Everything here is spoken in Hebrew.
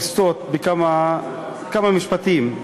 לסטות בכמה משפטים,